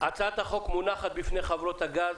הצעת החוק מונחת בפני חברות הגז